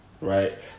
right